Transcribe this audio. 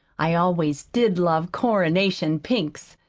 i always did love coronation pinks,